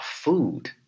food